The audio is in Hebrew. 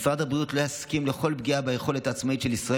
"משרד הבריאות לא יסכים לכל פגיעה ביכולת העצמאית של ישראל